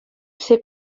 ser